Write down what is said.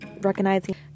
recognizing